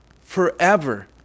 forever